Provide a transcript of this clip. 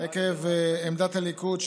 עקב עמדת הליכוד,